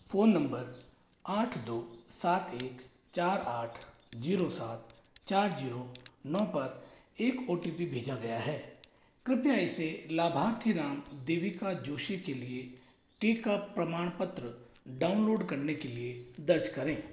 phone number आठ दो सात एक चार आठ जीरो सात चार जीरो नौ पर एक ओ टी पी भेजा गया है कृपया इसे लाभार्थी नाम देविका जोशी के लिए टीका प्रमाणपत्र डाउनलोड करने के लिए दर्ज करें